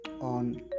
on